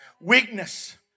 weakness